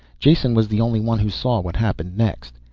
jason was the only one who saw what happened next.